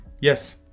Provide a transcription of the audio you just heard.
Yes